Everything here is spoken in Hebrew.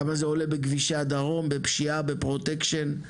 כמה זה עולה בכבישי הדרום, בפשיעה, בפרוטקשיין,